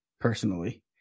personally